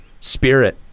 spirit